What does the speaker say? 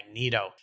Magneto